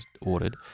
ordered